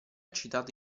citato